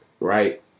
Right